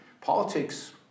Politics